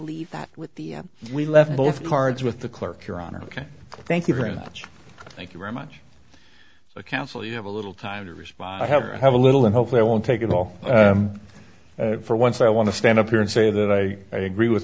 leave that with the we left both cards with the clerk your honor ok thank you very much thank you very much i counsel you have a little time to respond i have to have a little and hopefully i won't take it all for once i want to stand up here and say that i agree with